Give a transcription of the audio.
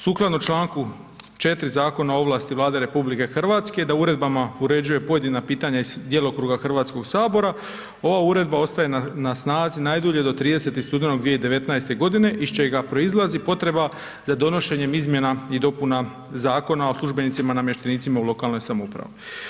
Sukladno Članku 4. Zakona o ovlasti Vlade RH da uredbama uređuje pojedina pitanja iz djelokruga Hrvatskoga sabora ova uredba ostaje na snazi najdulje do 30. studenog 2019. iz čega proizlazi potreba za donošenjem izmjena i dopuna Zakona o službenicima i namještenicima u lokalnoj samoupravi.